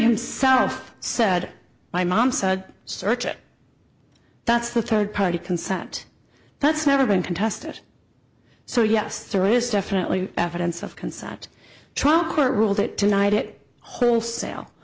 himself said my mom said search it that's the third party consent that's never been contested so yes there is definitely evidence of concept trial court ruled it tonight it wholesale